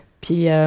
Puis